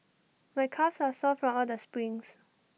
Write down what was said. my calves are sore from all the sprints